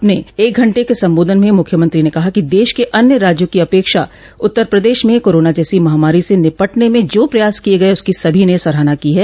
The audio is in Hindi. अपने एक घंटे के संबोधन में मुख्यमंत्री ने कहा कि देश के अन्य राज्यों की अपेक्षा उत्तर प्रदेश में कोरोना जैसी महामारी से निपटने में जो प्रयास किये गये उसकी सभी ने सराहना की है